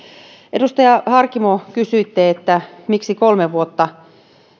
edustaja harkimo kysyitte miksi kolme vuotta